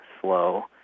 slow